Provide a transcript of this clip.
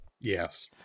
Yes